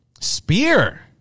Spear